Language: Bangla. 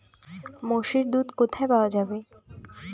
মোষের দুধ কোথায় পাওয়া যাবে?